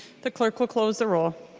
the clerk will close the roll.